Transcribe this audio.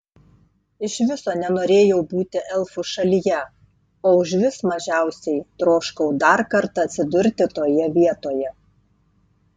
iš viso nenorėjau būti elfų šalyje o užvis mažiausiai troškau dar kartą atsidurti toje vietoje